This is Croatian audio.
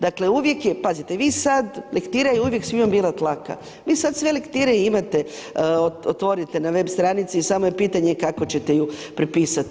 Dakle, uvijek je, pazite, vi sad, lektira je uvijek svima bila tlaka, vi sad sve lektire imate, otvorite na web stranici, samo je pitanje kako ćete ju prepisati.